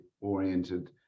oriented